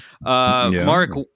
mark